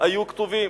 היו כתובים.